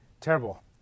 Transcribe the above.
Terrible